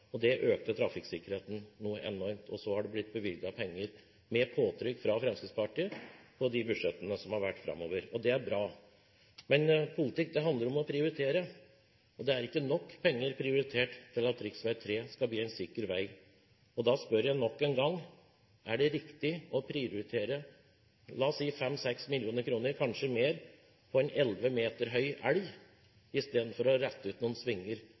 Det økte trafikksikkerheten noe enormt. Så har det blitt bevilget penger, etter påtrykk fra Fremskrittspartiet, i de etterfølgende budsjettene – og det er bra. Men politikk handler om å prioritere. Det er ikke prioritert nok penger til at rv. 3 skal bli en sikker vei. Da spør jeg nok en gang: Er det riktig å prioritere – la oss si 5–6 mill. kr, kanskje mer – til en 11 meter høy elg, istedenfor å rette ut noen svinger